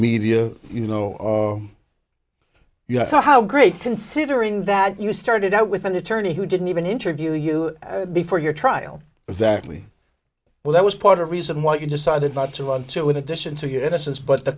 media you know you have to how great considering that you started out with an attorney who didn't even interview you before your trial exactly well that was part of reason why you decided not to run to in addition to your innocence but the